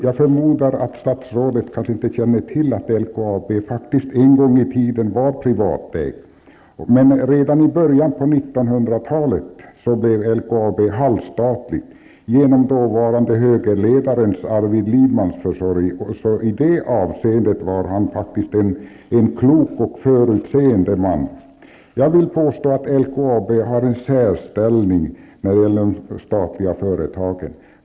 Jag förmodar att statsrådet kanske inte känner till att LKAB en gång i tiden faktiskt var privatägt. Men redan i början av 1900-talet blev LKAB halvstatligt genom dåvarande högerledaren Arvid Lindmans försorg. I det avseendet var han faktiskt en klok och förutseende man. Jag vill påstå att LKAB har en särställning bland de statliga företagen.